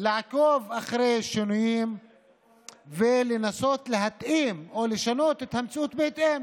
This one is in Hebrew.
לעקוב אחרי שינויים ולנסות להתאים או לשנות את המציאות בהתאם